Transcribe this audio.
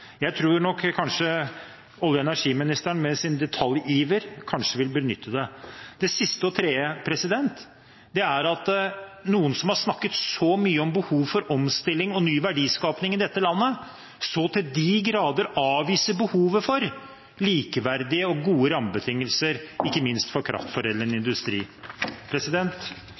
Jeg tror nok olje- og energiministeren med sin detaljiver kanskje vil benytte det. Det tredje og siste er at noen som har snakket så mye om behov for omstilling og ny verdiskaping i dette landet, så til de grader avviser behovet for likeverdige og gode rammebetingelser, ikke minst for kraftforedlende industri.